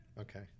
Okay